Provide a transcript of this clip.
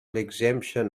exemption